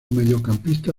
mediocampista